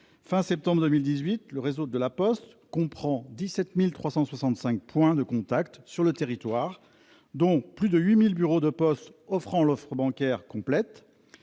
de septembre 2018, le réseau de La Poste comprenait 17 365 points de contact sur le territoire, dont plus de 8 000 bureaux de poste offrant l'offre bancaire complète,